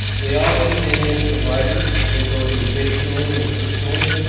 they all use indian providers, both organizationally and personally.